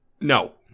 No